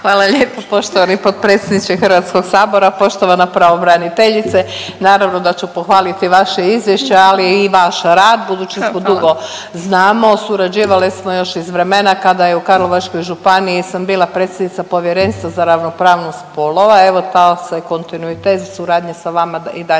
Hvala lijepo poštovani potpredsjedniče HS. Poštovana pravobraniteljice, naravno da ću pohvaliti vaše izvješće, ali i vaš rad budući da se dugo znamo, surađivale smo još iz vremena kada i u Karlovačkoj županiji sam bila predsjednica Povjerenstva za ravnopravnost spolova, evo taj se kontinuitet suradnje sa vama i dalje